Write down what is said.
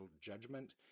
Judgment